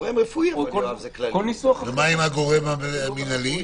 ומה עם הגורם המנהלי?